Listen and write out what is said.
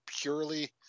purely